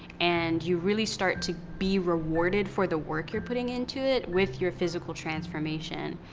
and you really start to be rewarded for the work you're putting into it with your physical transformation.